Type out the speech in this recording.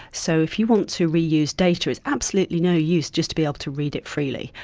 so if you want to reuse data, it's absolutely no use just to be able to read it freely,